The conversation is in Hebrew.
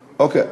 אוקיי,